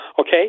Okay